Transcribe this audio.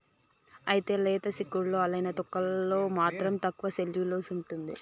అయితే లేత సిక్కుడులో అలానే తొక్కలలో మాత్రం తక్కువ సెల్యులోస్ ఉంటుంది